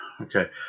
Okay